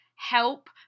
help